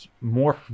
more